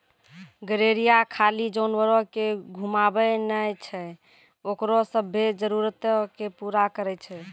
गरेरिया खाली जानवरो के घुमाबै नै छै ओकरो सभ्भे जरुरतो के पूरा करै छै